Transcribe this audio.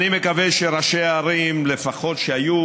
אני מקווה שראשי הערים, לפחות שהיו,